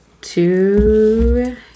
two